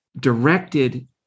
directed